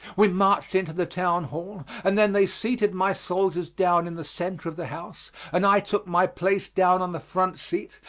we marched into the town hall and then they seated my soldiers down in the center of the house and i took my place down on the front seat,